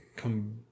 come